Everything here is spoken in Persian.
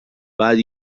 باید